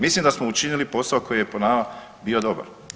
Mislim da smo učinili posao koji je po nama bio dobar.